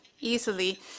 easily